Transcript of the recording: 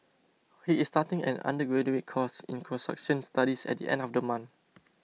he is starting an undergraduate course in construction studies at the end of the month